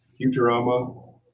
Futurama